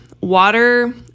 water